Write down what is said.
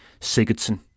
Sigurdsson